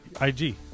IG